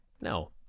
No